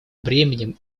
бременем